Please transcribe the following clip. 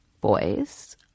boys